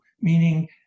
Meaning